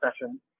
session